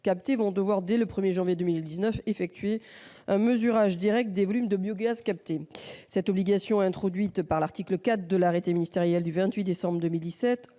vont devoir, dès le 1 janvier 2019, effectuer un mesurage direct des volumes de biogaz captés. Cette obligation, introduite par l'article 4 de l'arrêté ministériel du 28 décembre 2017,